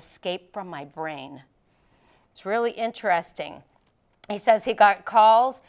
escape from my brain it's really interesting he says he got calls